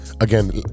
again